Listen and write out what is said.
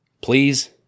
Please